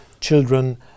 children